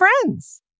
friends